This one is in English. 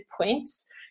points